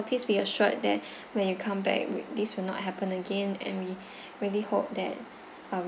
please be assured that when you come back we~ this will not happen again and we really hope that uh